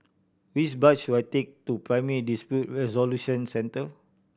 which bus should I take to Primary Dispute Resolution Centre